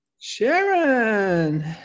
Sharon